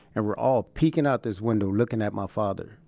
and we're all peeking out this window looking at my father.